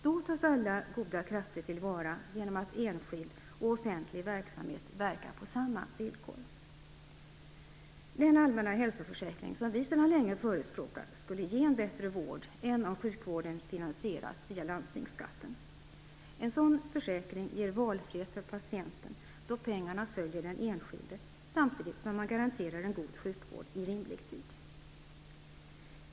Då tas alla goda krafter till vara genom att enskild och offentlig verksamhet verkar på samma villkor. Den allmänna hälsoförsäkring som vi sedan länge förespråkat skulle ge en bättre vård än om sjukvården finansieras via landstingsskatten. En sådan försäkring ger valfrihet för patienten, då pengarna följer den enskilde, samtidigt som man garanteras en god sjukvård i rimlig tid.